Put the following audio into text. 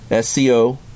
SCO